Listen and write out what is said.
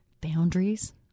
boundaries